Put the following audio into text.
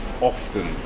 often